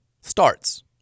Starts